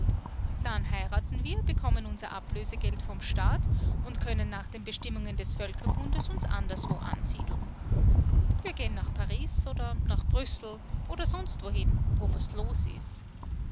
dann heiraten wir bekommen unser ablösegeld vom staat und können nach den bestimmungen des völkerbundes uns anderswo ansiedeln wir gehen nach paris oder nach brüssel oder sonst wohin wo was los ist